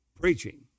preaching